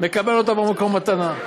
מקבל אותו במקום, מתנה.